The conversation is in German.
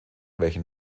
welchen